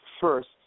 first